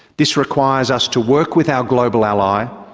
this requires us to work with our global ally,